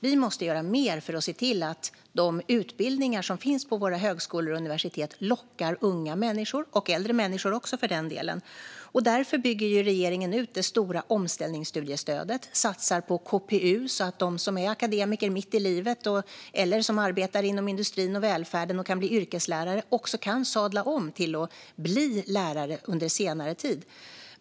Vi måste göra mer för att se till att de utbildningar som finns på våra högskolor och universitet lockar unga och även äldre människor. Därför bygger regeringen ut det stora omställningsstudiestödet och satsar på KPU så att de som är akademiker mitt i livet eller arbetar inom industrin och välfärden och kan bli yrkeslärare också kan sadla om till att bli lärare senare.